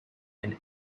and